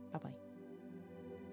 Bye-bye